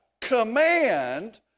command